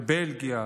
בבלגיה,